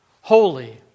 holy